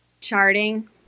Charting